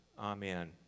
Amen